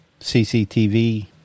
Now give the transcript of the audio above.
cctv